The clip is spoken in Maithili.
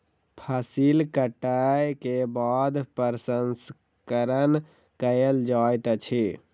फसिल कटै के बाद प्रसंस्करण कयल जाइत अछि